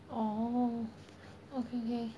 orh okay K